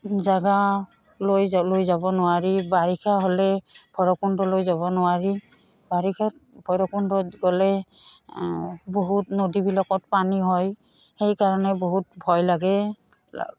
জেগালৈ লৈ যাব নোৱাৰি বাৰিষা হ'লে ভৈৰৱকুণ্ডলৈ যাব নোৱাৰি বাৰিষাত ভৈৰৱকুণ্ডত গ'লে বহুত নদীবিলাকত পানী হয় সেইকাৰণে বহুত ভয় লাগে